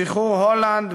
שחרור הולנד,